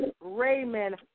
Raymond